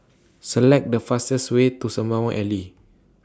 Select The fastest Way to Sembawang Alley